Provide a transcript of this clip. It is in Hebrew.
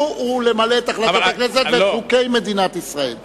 למלא את החלטות הכנסת וחוקי מדינת ישראל.